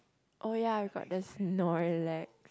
oh ya we got the snorlax